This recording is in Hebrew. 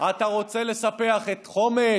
אתה רוצה לספח את חומש?